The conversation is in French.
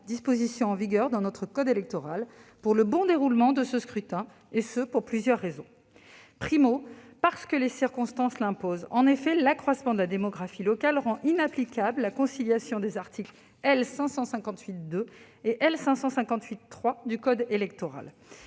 dispositions en vigueur dans notre code électoral pour le bon déroulement de ce scrutin, et ce pour plusieurs raisons., parce que les circonstances l'imposent. En effet, l'accroissement de la démographie locale rend inapplicable la conciliation des articles L. 558-2 et L. 558-3 du code électoral.